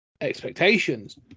expectations